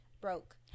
broke